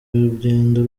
rugendo